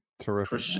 Terrific